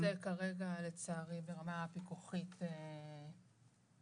עושים את זה כרגע, לצערי, ברמה פיקוחית יומיומית.